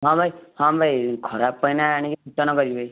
ହଁ ଭାଇ ହଁ ଭାଇ ଖରାପ ପାଇନେ ଆଣିକି ରିଟର୍ଣ୍ଣ କରିବେ